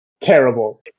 Terrible